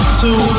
two